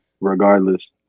regardless